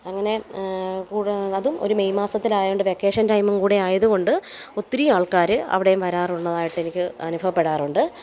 അങ്ങനെ കൂടു അതും ഒരു മെയ് മാസത്തിലായോണ്ട് വെക്കേഷൻ ടൈമും കൂടെ ആയതു കൊണ്ട് ഒത്തിരി ആൾക്കാർ അവിടേം വരാറായിട്ടുള്ളതായിട്ടെനിക്ക് അനുഭവപ്പെടാറുണ്ട്